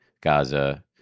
Gaza